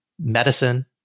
medicine